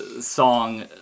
song